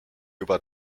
juba